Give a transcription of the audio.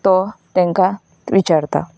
तो तांकांच विचारता